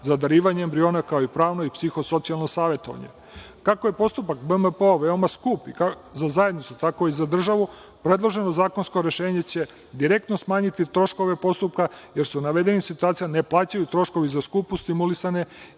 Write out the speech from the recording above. za darivanje embriona, kao i pravno i psiho-socijalno savetovanje. Kako je postupak BMPO veoma skup za zajednicu, tako i za državu, predloženo zakonsko rešenje će direktno smanjiti troškove postupka, jer se u navedenim situacijama ne plaćaju troškovi za skupo stimulisane,